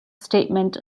statement